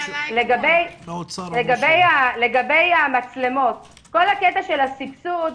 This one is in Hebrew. לגבי המצלמות כל הקטע של הסבסוד,